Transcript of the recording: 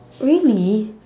really